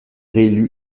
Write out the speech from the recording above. réélu